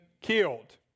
killed